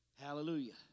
Hallelujah